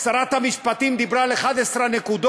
שרת המשפטים דיברה על 11 הנקודות,